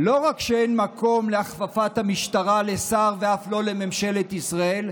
לא רק שאין מקום להכפפת המשטרה לשר ואף לא לממשלת ישראל,